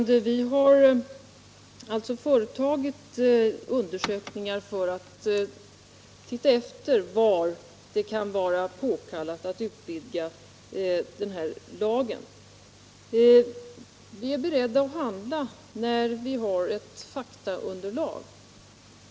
Herr talman! Vi har företagit undersökningar för att utröna, till vilka orter det kan vara påkallat att utvidga lagens tillämpning. Vi är beredda att handla när vi har ett faktaunderlag.